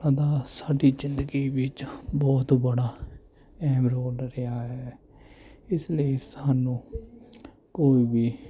ਉਹਨਾਂ ਦਾ ਸਾਡੀ ਜ਼ਿੰਦਗੀ ਵਿੱਚ ਬਹੁਤ ਬੜਾ ਅਹਿਮ ਰੋਲ ਰਿਹਾ ਹੈ ਇਸ ਲਈ ਸਾਨੂੰ ਕੋਈ ਵੀ